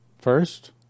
First